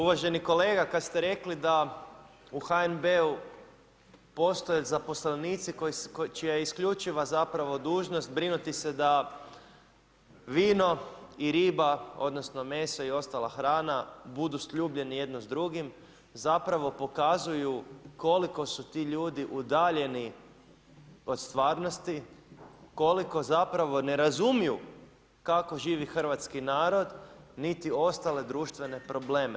Uvaženi kolega, kada ste rekli da u HNB-u postoje zaposlenici čija je isključiva zapravo dužnost brinuti se da vino i riba odnosno meso i ostala hrana budu sljubljeni jedno s drugim, zapravo pokazuju koliko su ti ljudi udaljeni od stvarnosti, koliko zapravo ne razumiju kako živi hrvatski narod niti ostale društvene probleme.